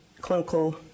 clinical